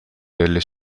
delle